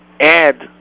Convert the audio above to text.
add